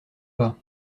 pas